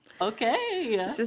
Okay